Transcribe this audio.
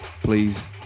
please